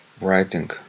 writing